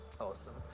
Awesome